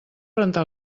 rentar